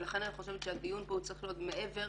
ולכן אני חושבת שהדיון פה צריך להיות מעבר.